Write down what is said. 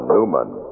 Newman